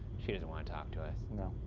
she doesn't want to talk to us. no.